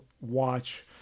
watch